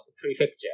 prefecture